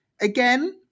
Again